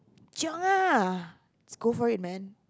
chiong ah is go for it man